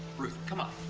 ruth, come on.